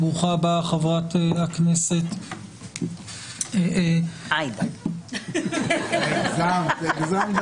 ברוכה הבאה, חברת הכנסת עאידה תומא